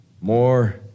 more